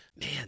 Man